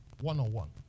one-on-one